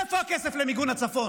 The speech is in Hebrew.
איפה הכסף למיגון הצפון?